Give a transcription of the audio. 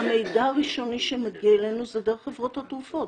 -- המידע הראשוני שמגיע אלינו זה דרך חברות התרופות.